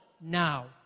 now